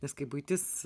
nes kai buitis